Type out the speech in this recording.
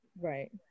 right